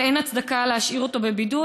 ואין הצדקה להשאיר אותו בבידוד.